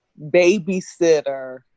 babysitter